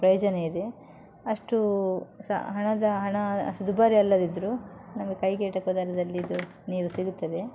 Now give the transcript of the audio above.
ಪ್ರಯೋಜನ ಇದೆ ಅಷ್ಟು ಸಹ ಹಣದ ಹಣ ಅಷ್ಟು ದುಬಾರಿ ಅಲ್ಲದಿದ್ದರೂ ನಮಗೆ ಕೈಗೆ ಎಟುಕೋ ದರದಲ್ಲಿ ಇದು ನೀರು ಸಿಗುತ್ತದೆ